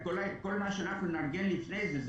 כל מה שאנחנו נארגן לפני זה,